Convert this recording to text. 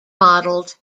modelled